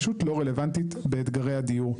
פשוט לא רלוונטי באתגרי הדיור.